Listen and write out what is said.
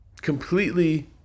completely